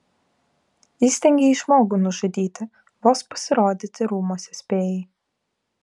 įstengei žmogų nužudyti vos pasirodyti rūmuose spėjai